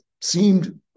seemed